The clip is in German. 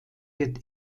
wird